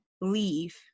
leave